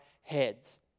heads